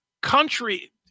country